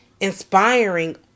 inspiring